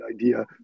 idea